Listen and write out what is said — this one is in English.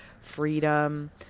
freedom